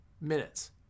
minutes